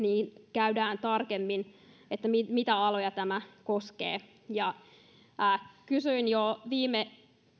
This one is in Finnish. käydään läpi tarkemmin mitä mitä aloja tämä koskee kysyin jo viime